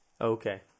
Okay